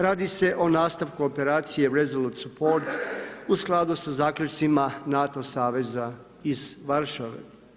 Radi se o nastavku operacije „Resolute Support“ u skladu sa zaključcima NATO saveza iz Varšave.